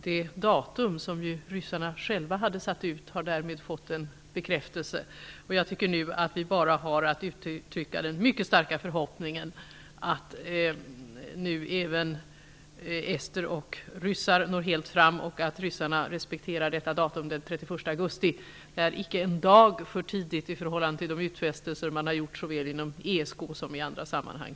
Det datum som ryssarna själva hade satt ut har därmed fått en bekräftelse. Jag tycker att vi nu bara har att uttrycka den mycket starka förhoppningen att även ester och ryssar når ända fram och att ryssarna accepterar datumangivelsen den 31 augusti. Det är icke en dag för tidigt i förhållande till de utfästelser som de tidigare har gjort såväl i ESK som i andra sammanhang.